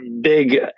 big